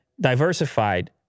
diversified